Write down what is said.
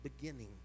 beginning